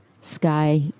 Sky